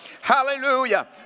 Hallelujah